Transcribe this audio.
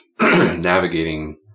navigating